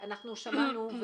אנחנו שמענו,